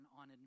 on